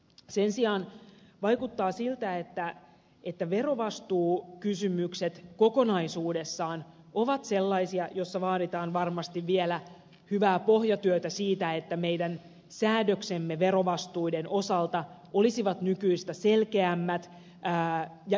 sen sijaan vaikuttaa siltä että verovastuukysymykset kokonaisuudessaan ovat sellaisia joissa vaaditaan varmasti vielä hyvää pohjatyötä siihen että meidän säädöksemme verovastuiden osalta olisivat nykyistä selkeämmät ja yhteneväisemmät